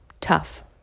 tough